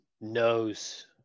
knows